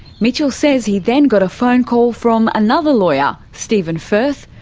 mitchell says he then got a phone call from another lawyer, stephen firth,